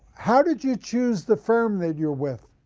how did you choose the firm that you are with?